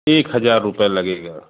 एक हजार रुपये लगेगा